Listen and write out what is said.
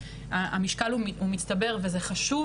אזרחות, שלישי.